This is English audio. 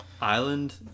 Island